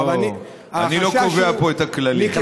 אני לא קובע פה את הכללים.